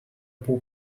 pół